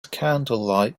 candlelight